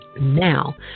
Now